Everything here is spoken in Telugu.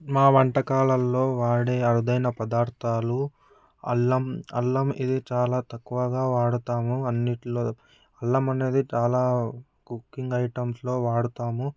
మా వంటకాలలో వాడే అరుదైన పదార్థాలు అల్లం అల్లం వెల్లుల్లి ఇది చాలా తక్కువగా వాడుతాము అన్నింటిలో అల్లం అనేది చాలా కుక్కింగ్ ఐటమ్స్లో వాడుతాము